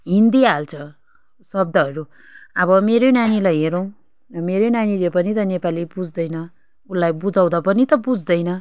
हिन्दी हाल्छ शब्दहरू अब मेरै नानीलाई हेरौँ मेरै नानीले पनि त नेपाली बुझ्दैन उसलाई बुझाउँदा पनि त बुझ्दैन